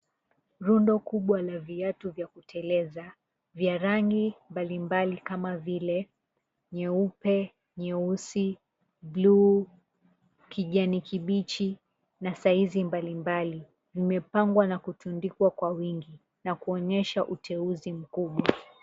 Rundo kubwa la viatu vya kuteleza vya rangi mbalimbali kama vile nyeupe, nyeusi, bluu, kijani kibichi na saizi mbalimbali, vimepangwa na kutundikwa kwa wingi na kuonyesha uteuzi mkubwa.